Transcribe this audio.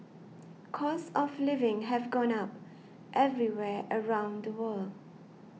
costs of living have gone up everywhere around the world